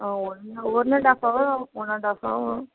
ஆ one அ one and off அவராகும் and off அவராகும்